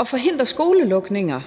at forhindre skolelukninger